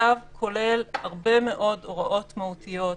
הצו כולל הרבה מאוד הוראות מהותיות,